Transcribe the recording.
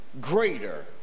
greater